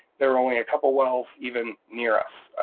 there were only a couple of wells even near us.